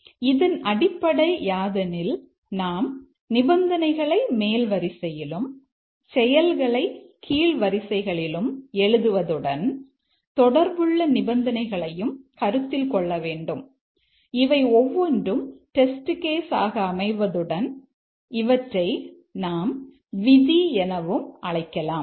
ஆகவே இதன் அடிப்படை யாதெனில் நாம் நிபந்தனைகளை மேல் வரிசைகளிலும் செயல்களை கீழ் வரிசைகளிலும் எழுதுவதுடன் தொடர்புள்ள நிபந்தனைகளையும் கருத்தில் கொள்ள வேண்டும் இவை ஒவ்வொன்றும் டெஸ்ட் கேஸ் ஆக அமைவதுடன் இவற்றை நாம் விதி எனவும் அழைக்கலாம்